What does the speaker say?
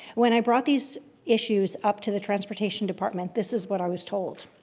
when i brought these issues up to the transportation department this is what i was told.